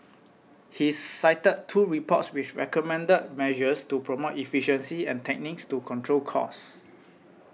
he cited two reports which recommended measures to promote efficiency and techniques to control costs